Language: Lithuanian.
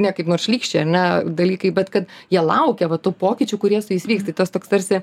ne kaip nors šlykščiai ar ne dalykai bet kad jie laukia va tų pokyčių kurie su jais vyks tai tas toks tarsi